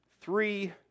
three